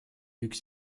üks